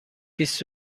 بیست